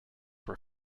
were